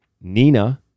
Nina